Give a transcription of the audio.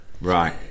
Right